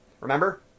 Remember